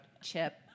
Chip